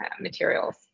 materials